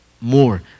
more